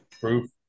proof